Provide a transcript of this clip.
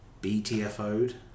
BTFO'd